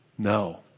no